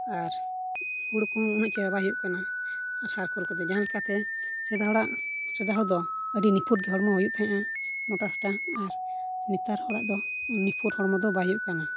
ᱟᱨ ᱦᱩᱲᱩ ᱠᱚᱦᱚᱸ ᱩᱱᱟᱹᱜ ᱪᱮᱦᱨᱟ ᱵᱟᱭ ᱦᱩᱭᱩᱜ ᱠᱟᱱᱟ ᱟᱨ ᱥᱟᱨ ᱠᱷᱳᱞ ᱠᱚᱫᱚ ᱡᱟᱦᱟᱸᱞᱮᱠᱟᱛᱮ ᱥᱮᱫᱟᱭ ᱦᱚᱲᱟᱜ ᱥᱮᱫᱟᱭ ᱦᱚᱲ ᱫᱚ ᱟᱹᱰᱤ ᱱᱤᱯᱷᱩᱴᱜᱮ ᱦᱚᱲᱢᱚ ᱦᱩᱭᱩᱜ ᱛᱟᱦᱮᱱᱟ ᱢᱚᱴᱟ ᱥᱚᱴᱟ ᱟᱨ ᱱᱮᱛᱟᱨ ᱦᱚᱲᱟᱜ ᱫᱚ ᱱᱤᱯᱷᱩᱴ ᱦᱚᱲᱢᱚ ᱫᱚ ᱵᱟᱭ ᱦᱩᱭᱩᱜ ᱠᱟᱱᱟ